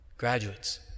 Graduates